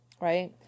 right